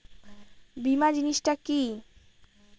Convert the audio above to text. বীমা জিনিস টা কি?